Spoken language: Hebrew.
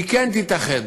כן תתאחד,